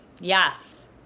Yes